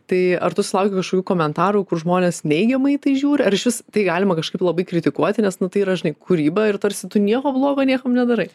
tai ar tu sulauki kažkokių komentarų kur žmonės neigiamai tai žiūri ar išvis tai galima kažkaip labai kritikuoti nes nu tai yra žinai kūryba ir tarsi tu nieko blogo niekam nedarai